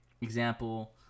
Example